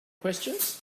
questions